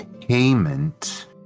payment